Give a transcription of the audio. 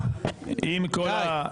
די.